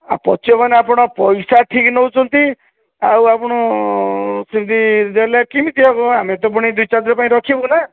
ଆଉ ପଚିବ ମାନେ ଆପଣ ପଇସା ଠିକ୍ ନେଉଛନ୍ତି ଆଉ ଆପଣ ସେମିତି ଦେଲେ କେମିତି ହବ ଆମେ ତ ପୁଣି ଦୁଇ ଚାରି ଦିନ ପାଇଁ ରଖିବୁ ନା